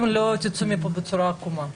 דברים חשובים.